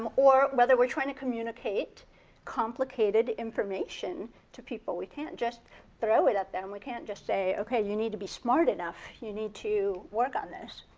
um or whether we're trying to communicate complicated information to people. we can't just throw it up there and we can't just say, okay, you need to be smart enough, you need to work on this.